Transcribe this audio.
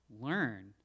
learn